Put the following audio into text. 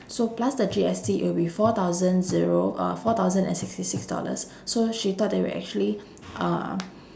so plus the G S T it would be four thousand zero uh four thousand and sixty six dollars so she thought that we actually uh